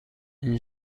این